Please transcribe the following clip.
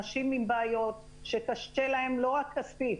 אנשים עם בעיות שקשה להם לא רק כספית,